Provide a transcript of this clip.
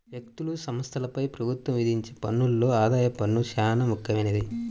వ్యక్తులు, సంస్థలపై ప్రభుత్వం విధించే పన్నుల్లో ఆదాయపు పన్ను చానా ముఖ్యమైంది